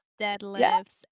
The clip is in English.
deadlifts